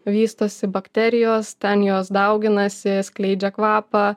vystosi bakterijos ten jos dauginasi skleidžia kvapą